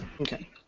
Okay